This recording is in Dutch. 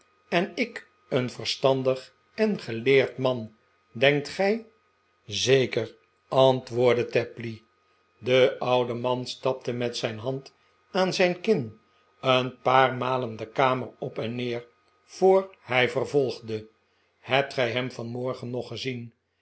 en ik een verstandig en geleerd man denkt gij zeker antwoordde tapley de oude man stapte met zijn hand aan zijn kin een paar maal de kamer op en neer voor hij vervolgde hebt gij hem vanmorgen nog gezien